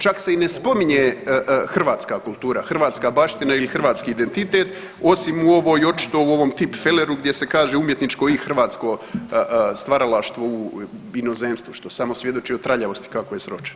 Čak se i ne spominje hrvatska kultura, hrvatska baština ili hrvatski identitet osim u ovoj, očito u ovom tipfeleru gdje se kaže umjetničko i hrvatsko stvaralaštvo u inozemstvu što samo svjedoči o traljavosti kako je sročen.